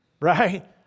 Right